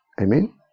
Amen